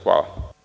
Hvala.